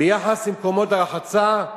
ביחס למקומות הרחצה,